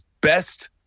best